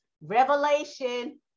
revelation